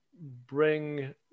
bring